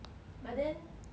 but then